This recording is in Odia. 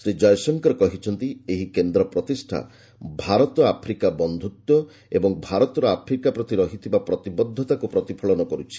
ଶ୍ରୀ ଜୟଶଙ୍କର କହିଛନ୍ତି ଏହି କେନ୍ଦ୍ର ପ୍ରତିଷ୍ଠା ଭାରତ ଆଫ୍ରିକା ବନ୍ଧୁତ୍ୱ ଏବଂ ଭାରତର ଆଫ୍ରିକା ପ୍ରତି ରହିଥିବା ପ୍ରତିବଦ୍ଧତାକୁ ପ୍ରତିଫଳନ କରୁଛି